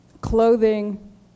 clothing